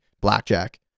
blackjack